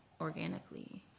organically